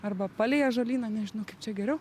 arba palei ąžuolyną nežinau kaip čia geriau